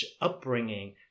upbringing